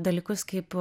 dalykus kaip